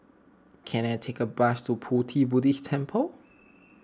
can I take a bus to Pu Ti Buddhist Temple